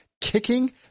kicking